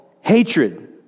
hatred